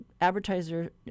advertiser